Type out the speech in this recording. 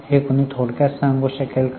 हे कोणी थोडक्यात सांगू शकेल का